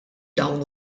dawn